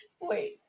Wait